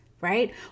right